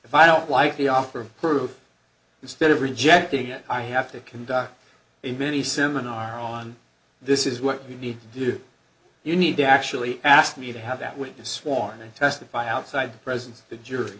if i don't like the offer of proof instead of rejecting it i have to conduct a mini seminar on this is what you need to do you need to actually ask me to have that witness sworn in testify outside presence the jury